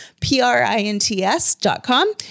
P-R-I-N-T-S.com